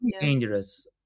dangerous